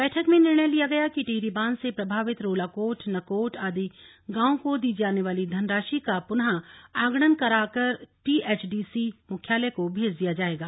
बैठक में निर्णय लिया गया कि टिहरी बांध से प्रभावित रोलाकोट नकोट आदि गांवों को दी जाने वाली धनराशि का पुनः आगणन करा कर टीएचडीसी मुख्यालय को भेज दिया जाएगा